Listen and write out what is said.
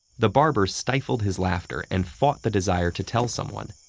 the barber stifled his laughter and fought the desire to tell someone,